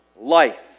life